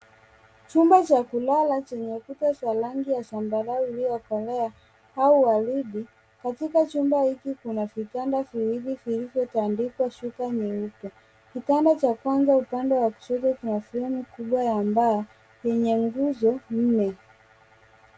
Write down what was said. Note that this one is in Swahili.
Chumba cha kulala chenye kuta rangi ya zambarau iliyokolea au waridi. Katika chumba hiki kuna vitanda viwili vilivyotandikwa shuka nyeupe. Kitanda cha kando upande wa kushoto kina fremu kubwa ya mbao yenye nguzo nne.